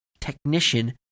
technician